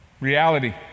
Reality